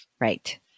Right